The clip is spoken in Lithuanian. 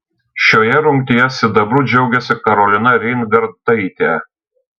šioje rungtyje sidabru džiaugėsi karolina reingardtaitė